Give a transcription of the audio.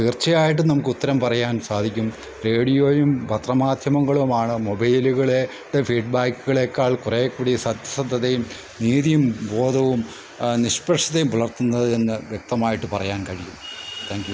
തീർച്ചയായിട്ടും നമുക്ക് ഉത്തരം പറയാൻ സാധിക്കും റേഡിയോയും പത്രമാധ്യമങ്ങളുമാണ് മൊബൈല്കളെ ടെ ഫീഡ്ബാക്ക്കളെക്കാൾ കുറേക്കൂടി സത്യസന്ധതയും നീതിയും ബോധവും നിഷ്പക്ഷതയും പുലർത്തുന്നത് എന്ന് വ്യക്തമായിട്ട് പറയാൻ കഴിയും താങ്ക് യൂ